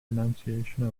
pronunciation